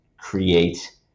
create